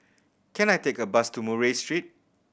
can I take a bus to Murray Street